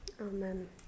Amen